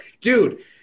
dude